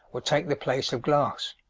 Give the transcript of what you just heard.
will take the place of glass.